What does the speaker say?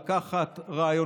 הוא צריך לסכם.